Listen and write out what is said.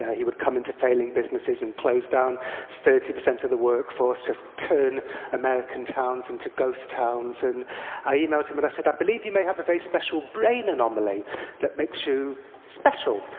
he would come into failing businesses and close down thirty percent of the workforce, just turn american towns into ghost towns. and i emailed him and but i said, i believe you may have a very special brain anomaly that makes you. special,